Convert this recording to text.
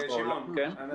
שמעון.